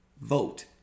vote